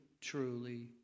truly